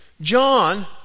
John